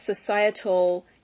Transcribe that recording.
societal